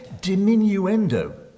diminuendo